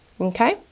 Okay